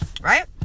right